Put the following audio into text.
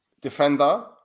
defender